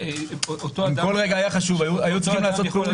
אם כל רגע היה חשוב היו צריכים לעשות פעולות.